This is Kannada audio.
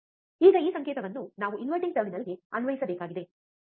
ಈಗ ಈ ಸಂಕೇತವನ್ನು ನಾವು ಇನ್ವರ್ಟಿಂಗ್ ಟರ್ಮಿನಲ್ಗೆ ಅನ್ವಯಿಸಬೇಕಾಗಿದೆ